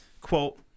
quote